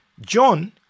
John